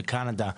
בקנדה,